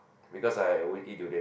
because I always eat durian